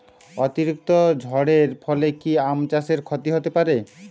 অতিরিক্ত ঝড়ের ফলে কি আম চাষে ক্ষতি হতে পারে?